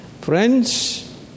Friends